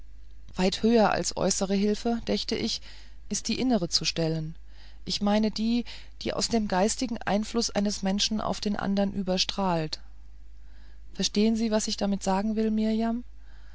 weit höher als äußere hilfe dächte ich ist die innere zu stellen ich meine die die aus dem geistigen einfluß eines menschen auf den andern überstrahlt verstehen sie was ich damit sagen will mirjam man